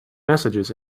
messages